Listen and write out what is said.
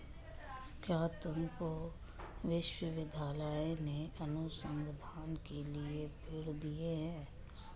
क्या तुमको विश्वविद्यालय ने अनुसंधान के लिए फंड दिए हैं?